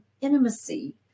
intimacy